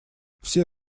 все